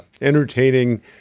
entertaining